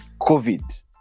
COVID